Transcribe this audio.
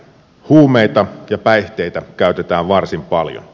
huumeita ja päihteitä käytetään varsin paljon